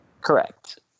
Correct